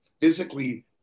physically